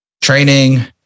Training